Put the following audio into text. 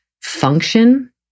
function